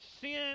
sin